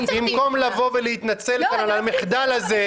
--- במקום לבוא ולהתנצל כאן על המחדל הזה,